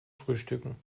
frühstücken